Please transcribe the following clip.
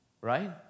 right